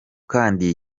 kandi